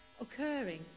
occurring